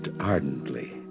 ardently